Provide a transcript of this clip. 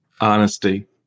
Honesty